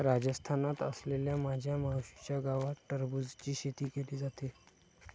राजस्थानात असलेल्या माझ्या मावशीच्या गावात टरबूजची शेती केली जाते